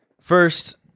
first